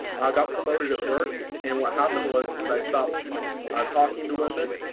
got promoted at work. and what happened was, as i stopped talking to women,